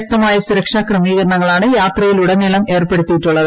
ശക്തമായ സുരക്ഷാ ക്രമീകരണങ്ങളാണ് യാത്രയിലുടനീളം ഏർപ്പെടുത്തിയിട്ടുള്ളത്